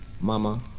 Mama